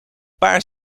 paar